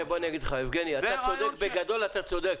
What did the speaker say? זה רעיון --- יבגני, בגדול אתה צודק.